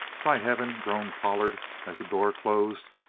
by heaven! groaned pollard as the door closed.